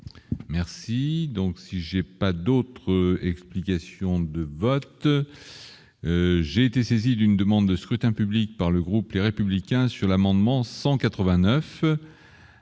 Merci donc si j'ai pas d'autre explication de vote j'ai été saisi d'une demande de scrutin public par le groupe, les républicains sur l'amendement 189